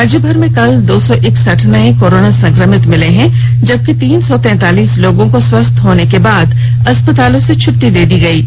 राज्यभर में कल दो सौ इकसठ नये कोरोना संक्रमित मिले हैं जबकि तीन सौ तैंतालीस लोगों को स्वस्थ होने के बाद अस्पतालों से छट्टी दे दी गयी है